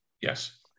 yes